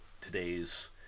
today's